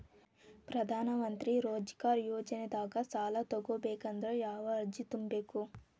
ಪ್ರಧಾನಮಂತ್ರಿ ರೋಜಗಾರ್ ಯೋಜನೆದಾಗ ಸಾಲ ತೊಗೋಬೇಕಂದ್ರ ಯಾವ ಅರ್ಜಿ ತುಂಬೇಕು?